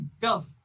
Go